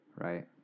Right